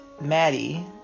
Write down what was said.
Maddie